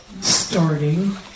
starting